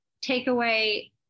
takeaway